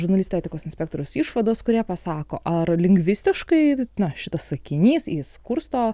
žurnalistų etikos inspektoriaus išvados kurie pasako ar lingvistiškai na šitas sakinys jis kursto